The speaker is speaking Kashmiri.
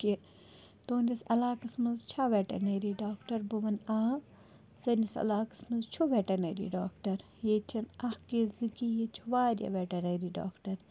کہِ تُہُنٛدِس علاقَس منٛز چھا ویٚٹَنٔری ڈاکٹَر بہٕ وَنہٕ آ سٲنِس علاقَس منٛز چھُ ویٚٹَنٔری ڈاکٹَر ییٚتہِ چھَنہٕ اَکھ کیٚنٛہہ زِ کیٚنٛہہ ییٚتہِ چھِ واریاہ ویٚٹَنٔری ڈاکٹَر